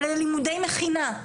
או ללימודי מכינה.